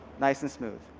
nice and smooth.